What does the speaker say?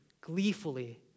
gleefully